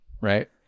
Right